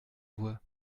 voix